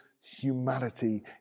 humanity